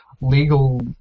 legal